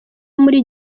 muri